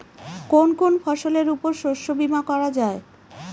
কোন কোন ফসলের উপর শস্য বীমা করা যায়?